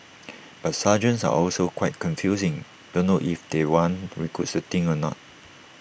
but sergeants are also quite confusing don't know if they want recruits to think or not